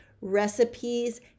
recipes